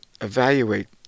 evaluate